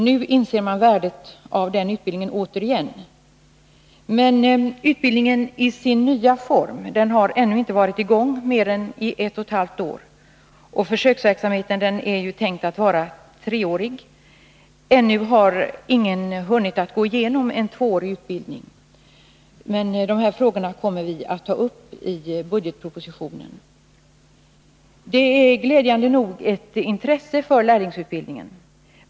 Nu inser man återigen värdet av den utbildningen. Men utbildningen i sin nya form har ju inte varit i gång mer än ett och ett halvt år, och försöksverksamheten är tänkt att vara treårig. Ännu har ingen hunnit att gå igenom den tvååriga utbildningen. De här frågorna kommer vi att ta upp i budgetpropositionen. Det finns glädjande nog ett intresse för lärlingsutbildningen.